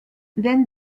then